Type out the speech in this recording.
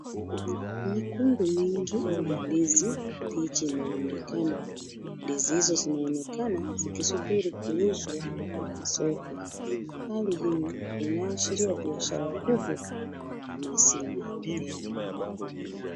Mikungu mingi ya ndizi mbichi imerundikana. Ndizi hizo zinaonekana zikisubiri kuuzwa kwenye soko. Hali hii inaashiria biashara kubwa ya ndizi inaendelea.